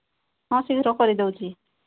ହଁ ଶୀଘ୍ର କରିଦେଉଛି